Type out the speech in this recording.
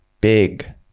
big